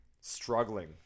struggling